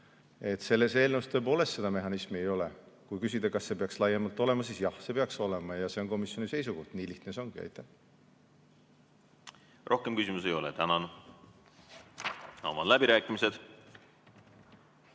Selles eelnõus tõepoolest seda mehhanismi ei ole. Kui küsida, kas see peaks laiemalt olemas olema, siis jah, see peaks olema – see on komisjoni seisukoht. Nii lihtne see ongi. Rohkem küsimusi ei ole, tänan. Avan läbirääkimised.